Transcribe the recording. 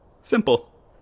Simple